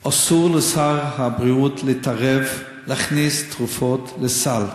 אסור לשר הבריאות להתערב, להכניס תרופות לסל.